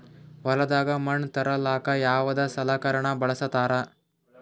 ಹೊಲದಾಗ ಮಣ್ ತರಲಾಕ ಯಾವದ ಸಲಕರಣ ಬಳಸತಾರ?